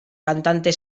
cantante